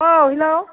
औ हेल्ल'